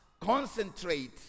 concentrate